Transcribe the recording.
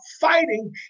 fighting